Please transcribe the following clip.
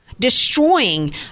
Destroying